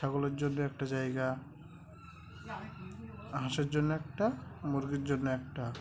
ছাগলের জন্য একটা জায়গা হাঁসের জন্য একটা মুরগির জন্য একটা